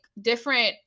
different